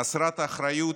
חסרת האחריות,